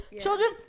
Children